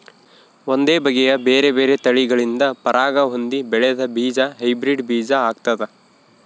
ಒಂದೇ ಬಗೆಯ ಬೇರೆ ಬೇರೆ ತಳಿಗಳಿಂದ ಪರಾಗ ಹೊಂದಿ ಬೆಳೆದ ಬೀಜ ಹೈಬ್ರಿಡ್ ಬೀಜ ಆಗ್ತಾದ